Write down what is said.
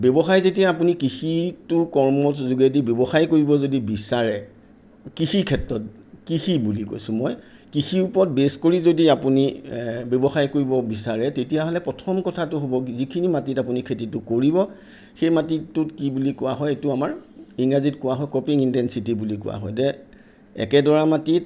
ব্যৱসায় যেতিয়া আপুনি কৃষিটো কৰ্মৰ যোগেদি যদি ব্যৱসায় কৰিব যদি বিচাৰে কৃষিৰ ক্ষেত্ৰত কৃষি বুলি কৈছোঁ মই কৃষিৰ ওপৰত বেছ কৰি যদি আপুনি ব্যৱসায় কৰিব বিচাৰে তেতিয়াহ'লে প্ৰথম কথাটো হ'ব কি যিখিনি মাটিত আপুনি খেতিটো কৰিব সেই মাটিটোত কি বুলি কোৱা হয় এইটো আমাৰ ইংৰাজীত কোৱা হয় কপিং ইনটেনছিটি বুলি কোৱা হয় যে একেডৰা মাটিত